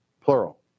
plural